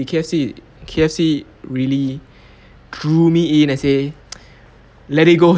K_F_C K_F_C really drew me in and say let it go